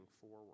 forward